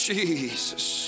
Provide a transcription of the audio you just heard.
Jesus